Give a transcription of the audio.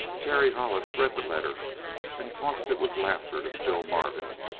terry hollis read the letter and tossed it with laughter to phil marvin,